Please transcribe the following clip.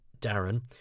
Darren